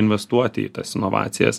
investuoti į tas inovacijas